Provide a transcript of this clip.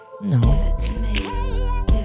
No